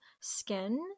skin